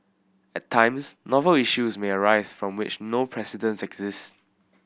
at times novel issues may arise from which no precedents exist